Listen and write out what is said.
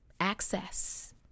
Access